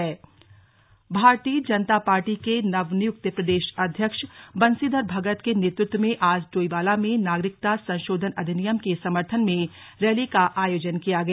CAA Bhajpa Bharatiya Janata Party के नवनियुक्त प्रदेश अध्यक्ष बंशीधर भगत के नेतृत्व में आज डोईवाला में नागरिकता संशोधन अधिनियम के समर्थन में रैली का आयोजन किया गया